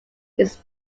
its